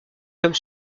comme